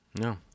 No